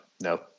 no